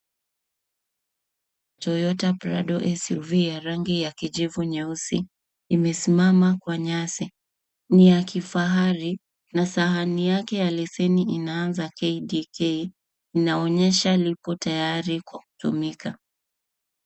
Toyota Prado SUV ya rangi ya kijivu nyeusi imesimama kwa nyasi. Ni ya kifahari na sahani yake ya leseni inaanza KDK inaonyesha lipo tayari kwa kutumika.